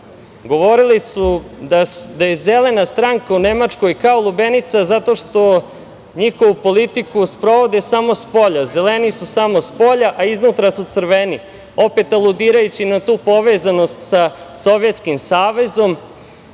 Govorili su da je Zelena stranka u Nemačkoj, kao lubenica zato što njihovu politiku sprovode samo spolja, zeleni su samo spolja, a iznutra su crveni, opet aludirajući na tu povezanost sa Sovjetskim savezom. Danas